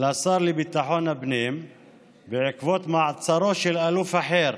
לשר לביטחון הפנים בעקבות מעצרו של אלוף אחר